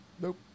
Nope